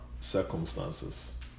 circumstances